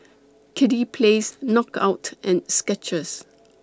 Kiddy Palace Knockout and Skechers